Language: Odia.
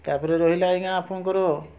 ତା'ପରେ ରହିଲା ଆଜ୍ଞା ଆପଣଙ୍କର